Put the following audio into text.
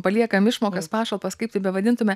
paliekam išmokas pašalpas kaip tai bevadintume